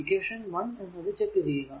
equation 1 എന്നത് check ചെയ്യുക